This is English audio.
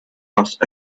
must